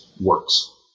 works